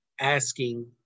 asking